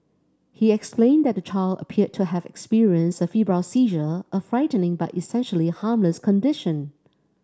he explained that the child appeared to have experienced a febrile seizure a frightening but essentially harmless condition